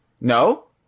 no